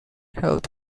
health